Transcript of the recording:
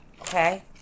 Okay